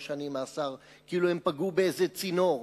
שנים מאסר כאילו הם פגעו באיזה צינור,